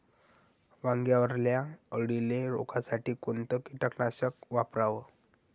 वांग्यावरच्या अळीले रोकासाठी कोनतं कीटकनाशक वापराव?